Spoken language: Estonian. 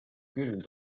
küll